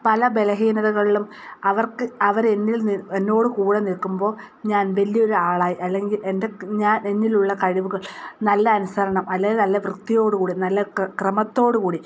പല ബലഹീനതകളിലും അവർക്ക് അവരെന്നിൽ എന്നോട് കൂടെ നിൽക്കുമ്പോൾ ഞാൻ വലിയൊരു ആളായി അല്ലെങ്കിൽ എന്റെ ഞാൻ എന്നിലുള്ള കഴിവുകൾ നല്ല അനുസരണം അല്ലെങ്കിൽ നല്ല വൃത്തിയോട് കൂടി നല്ല ക്രമത്തോട് കൂടി